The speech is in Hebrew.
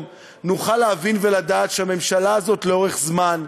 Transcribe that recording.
נוכל להבין ולדעת שהממשלה הזאת לאורך זמן,